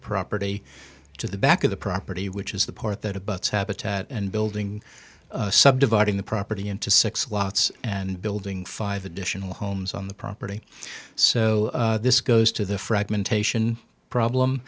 property to the back of the property which is the part that abuts habitat and building subdividing the property into six lots and building five additional homes on the property so this goes to the